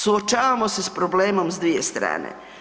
Suočavamo se s problemom s dvije strane.